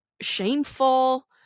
shameful